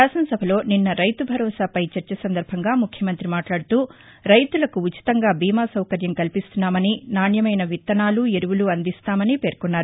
శాసనసభలోనిన్న రైతు భరోసాపై చర్చ సందర్భంగా ముఖ్యమంఁతి మాట్లాదుతూ రైతులకు ఉచితంగా బీమాసౌకర్యం కల్పిస్తున్నామనీ నాణ్యమైన విత్తనాలు ఎరువులు అందిస్తామనీ పేర్కొన్నారు